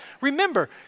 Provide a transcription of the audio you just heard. Remember